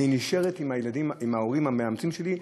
אני נשארת עם ההורים המאמצים שלי,